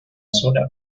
zona